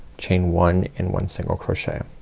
chain one and one single crochet.